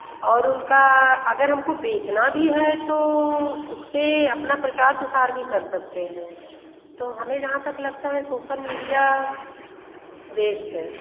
और उनका अगर हमको बचना भी है तो उस पर अपना प्रचार प्रसार भी कर सकते हैं तो हमें जहाँ तक लगता है सोशल मीडिया बेस्ट है